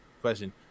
question